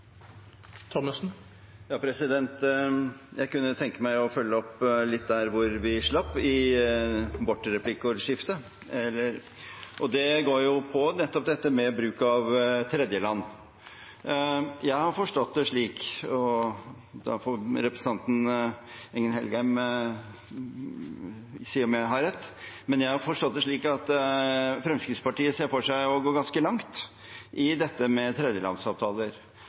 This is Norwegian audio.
Jeg kunne tenke meg å følge opp litt der vi slapp i vårt replikkordskifte, og det går på nettopp dette med bruk av tredjeland. Jeg har forstått det slik – representanten Engen-Helgheim får si om jeg har forstått rett – at Fremskrittspartiet ser for seg å gå ganske langt i dette med tredjelandsavtaler,